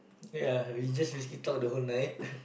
ya we just basically talk the whole night